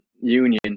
union